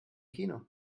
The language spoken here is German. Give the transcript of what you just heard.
kino